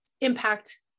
impact